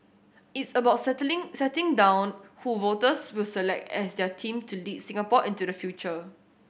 it's about settling setting down who voters will select as their team to lead Singapore into the future